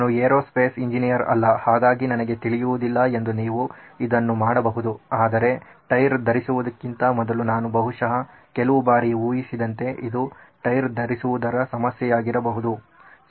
ನಾನು aerospace engineer ಅಲ್ಲ ಹಾಗಾಗಿ ನನಗೆ ತಿಳಿಯುವುದಿಲ್ಲ ಎಂದು ನೀವು ಇದನ್ನು ಮಾಡಬಹುದು ಆದರೆ ಟೈರ್ ಧರಿಸುವುದಕ್ಕಿಂತ ಮೊದಲು ನಾನು ಬಹುಶಃ ಕೆಲವು ಬಾರಿ ಊಹಿಸಿದಂತೆ ಇದು ಟೈರ್ ಧರಿಸುವುದರ ಸಮಸ್ಯೆಯಾಗಿರಬಹುದು ಸರಿ